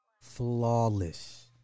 Flawless